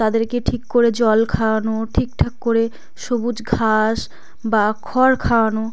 তাদেরকে ঠিক করে জল খাওয়ানো ঠিকঠাক করে সবুজ ঘাস বা খড় খাওয়ানো